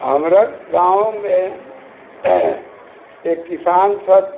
हमरा गाँवमे एक किसान छथि